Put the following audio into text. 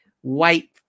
white